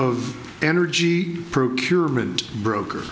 of energy procurement broker